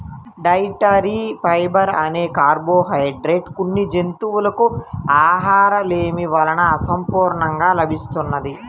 dietary fibre అనే carbohydrate కొన్ని జంతువులకు ఆహారలేమి వలన అసంపూర్ణంగా లభిస్తున్నది